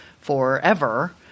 forever